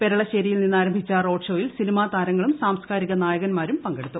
പെരളശേരിയിൽ നിന്ന് ആരംഭിച്ച റോഡ് ഷോയിൽ സിനിമാ താരങ്ങളും സാംസ്കാരിക നായകന്മാരും പങ്കെടുത്തു